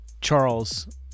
Charles